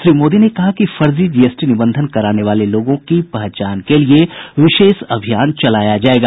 श्री मोदी ने कहा कि फर्जी जीएसटी निबंधन कराने वाले लोगों की पहचान के लिए विशेष अभियान चलाया जायेगा